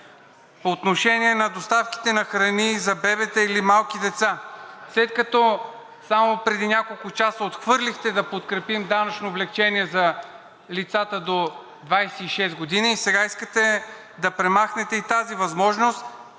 По отношение на доставките на храни за бебета или малки деца. След като само преди няколко часа отхвърлихте да подкрепим данъчно облекчение за лицата до 26 години, сега искате да премахнете и тази възможност.